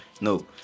no